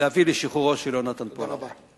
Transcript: להביא לשחרורו של יונתן פולארד.